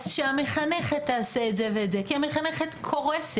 אז שהמחנכת תעשה את זה ואת זה, כי המחנכת קורסת.